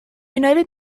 united